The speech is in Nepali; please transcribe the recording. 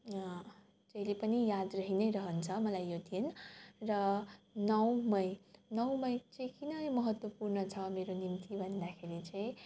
जहिले पनि याद रही नै रहन्छ मलाई यो दिन र नौ मई नौ मई चाहिँ किन महत्त्वपूर्ण छ मेरो निम्ति भन्दाखेरि चाहिँ